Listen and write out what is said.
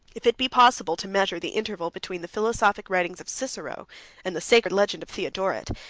if it be possible to measure the interval between the philosophic writings of cicero and the sacred legend of theodoret,